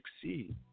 succeed